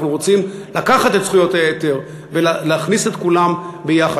אנחנו רוצים לקחת את זכויות היתר ולהכניס את כולם ביחד.